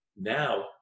Now